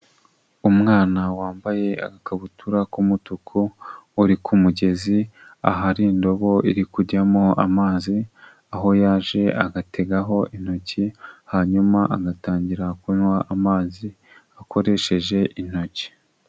Umwana wambaye agakabutura k'umutuku, uri ku mugezi, ahari indobo iri kujyamo amazi, aho yaje agategaho intoki, hanyuma agatangira kunywa amazi akoresheje intoki.